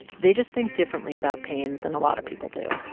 they just think differently about pain than a lot of people do.